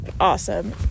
awesome